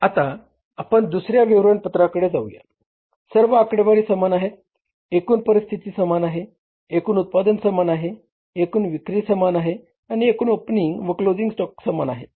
आता आपण दुसर्या विवरणपत्राकडे जाऊया सर्व आकडेवारी समान आहेत एकूण परिस्थिती समान आहे एकूण उत्पादन समान आहे एकूण विक्री समान आहे आणि एकूण ओपनिंग व क्लोझिंग स्टॉक समान आहे